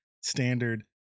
standard